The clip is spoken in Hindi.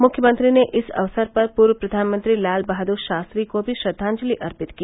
मुख्यमंत्री ने इस अवसर पर पूर्व प्रधानमंत्री लाल बहादुर शास्त्री को भी श्रद्वांजलि अर्पित की